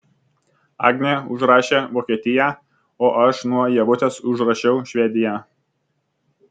agnė užrašė vokietiją o aš nuo ievutės užrašiau švediją